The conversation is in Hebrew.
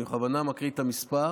אני בכוונה מקריא את המספר,